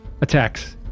attacks